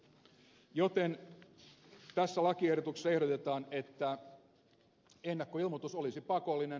näin ollen tässä lakiehdotuksessa ehdotetaan että ennakkoilmoitus olisi pakollinen